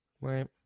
Right